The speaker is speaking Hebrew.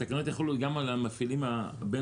התקנות יחולו גם על המפעילים הבין-לאומיים?